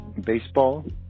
baseball